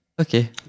Okay